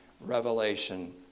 Revelation